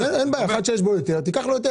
אחד שיש בו יותר, קח יותר.